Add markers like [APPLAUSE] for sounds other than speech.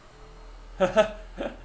[LAUGHS]